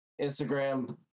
Instagram